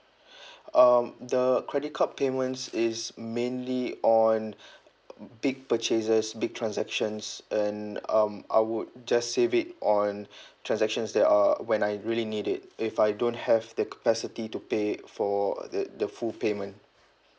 um the credit card payments is mainly on big purchases big transactions and um I would just save it on transactions that are when I really need it if I don't have the capacity to pay for the the full payment